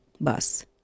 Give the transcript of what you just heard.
Bus